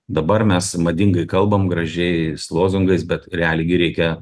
dabar mes madingai kalbam gražiais lozungais bet realiai gi reikia